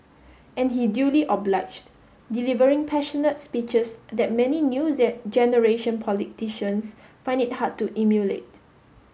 and he duly obliged delivering passionate speeches that many new generation politicians find it hard to emulate